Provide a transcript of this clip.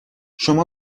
شما